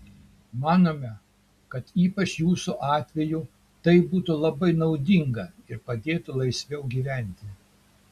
manome kad ypač jūsų atveju tai būtų labai naudinga ir padėtų laisviau gyventi